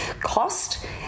cost